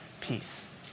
Peace